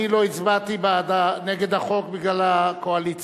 אני לא הצבעתי נגד החוק בגלל הקואליציה,